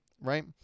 right